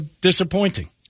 disappointing